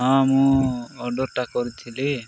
ହଁ ମୁଁ ଅର୍ଡରଟା କରିଥିଲି